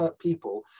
people